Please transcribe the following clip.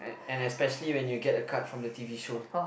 and especially when you get a card from the t_v show